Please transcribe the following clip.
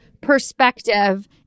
perspective